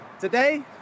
today